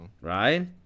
Right